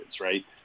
right